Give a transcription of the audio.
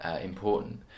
important